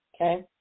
okay